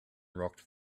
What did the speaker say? rocked